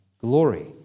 glory